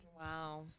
Wow